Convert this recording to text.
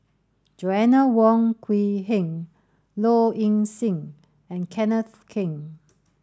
Joanna Wong Quee Heng Low Ing Sing and Kenneth Keng